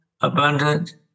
abundant